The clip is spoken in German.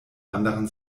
anderen